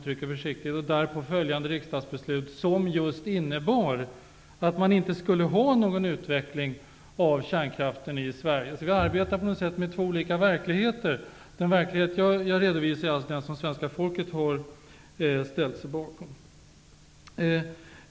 Det därpå följande riksdagsbeslutet innebar just att kärnkraften i Sverige inte skulle utvecklas. Vi arbetar på något sätt med två olika verkligheter. Den verklighet som jag redovisar är den som det svenska folket har ställt sig bakom.